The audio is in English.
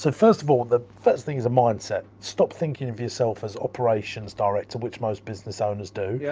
so first of all, the first thing is a mindset. stop thinking of yourself as operations director, which most business owners do. yeah